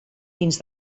dins